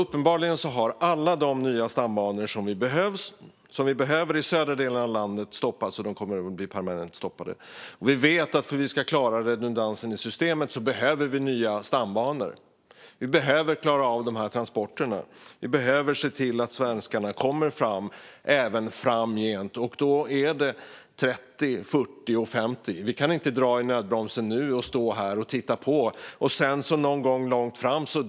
Planerna på de nya stambanor som behövs i södra delen av landet har stoppats permanent. För att klara redundansen i systemet behövs nya stambanor. Vi behöver de här transporterna, och vi behöver se till att svenskarna kommer fram även framgent - 2030, 2040 och 2050. Vi kan inte dra i nödbromsen nu och stå här och titta på, och sedan göra någonting någon gång långt fram.